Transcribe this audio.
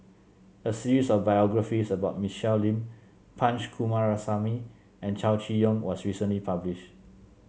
a series of biographies about Michelle Lim Punch Coomaraswamy and Chow Chee Yong was recently published